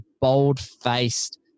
bold-faced